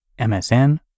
MSN